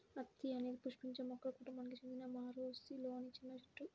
అత్తి అనేది పుష్పించే మొక్కల కుటుంబానికి చెందిన మోరేసిలోని చిన్న చెట్టు